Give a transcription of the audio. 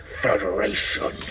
Federation